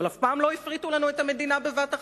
אבל אף פעם לא הפריטו לנו את המדינה בבת אחת,